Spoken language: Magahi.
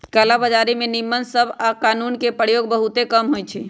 कला बजारी में नियम सभ आऽ कानून के प्रयोग बहुते कम होइ छइ